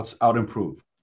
Out-improve